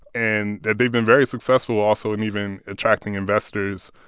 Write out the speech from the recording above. and they've they've been very successful, also, in even attracting investors.